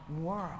world